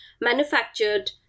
manufactured